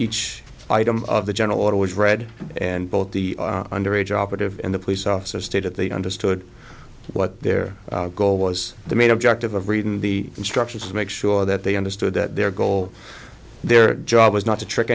each item of the general always read and both the under age operative and the police officer stated they understood what their goal was the main objective of reading the instructions to make sure that they understood that their goal their job was not to trick